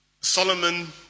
Solomon